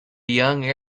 young